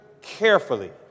carefully